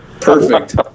Perfect